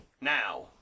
now